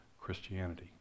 Christianity